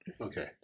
Okay